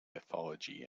mythology